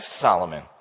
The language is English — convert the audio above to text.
Solomon